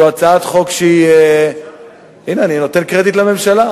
זאת הצעת חוק, הנה אני נותן קרדיט לממשלה.